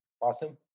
Awesome